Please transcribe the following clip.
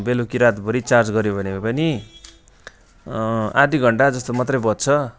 बेलुकी रातभरि चार्ज गऱ्यो भने पनि आधा घन्टा जस्तो मात्रै बज्छ